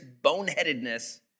boneheadedness